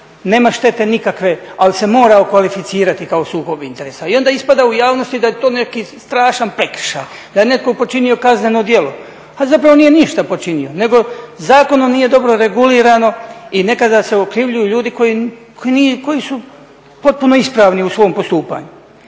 nema štete nikakve, ali se mora okvalificirati kao sukob interesa i onda ispada u javnosti da je to neki strašan prekršaj, da je netko počinio kazneno djelo, a zapravo nije ništa počinio nego zakonom nije dobro regulirano i nekada se okrivljuju ljudi koji su potpuno ispravni u svom postupanju.